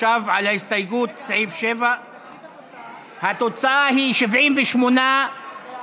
עכשיו על ההסתייגות לסעיף 7. התוצאה היא 78 בעד,